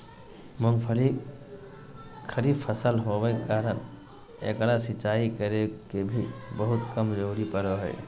मूंगफली खरीफ फसल होबे कारण एकरा सिंचाई करे के भी बहुत कम जरूरत पड़ो हइ